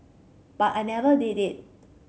but I never did it